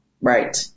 Right